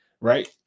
right